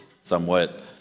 somewhat